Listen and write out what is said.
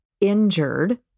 injured